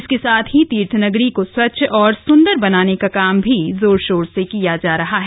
इसके साथ ही तीर्थनगरी को स्वच्छ और संदर बनाने का काम भी जोर शोर से किया जा रहा है